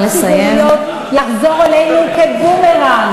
מה שאני באה לומר זה דבר כזה: הכנסת שממנה ועדות צריכה גם לכבד אותן.